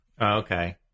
Okay